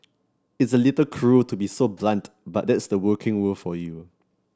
it's a little cruel to be so blunt but that's the working world for you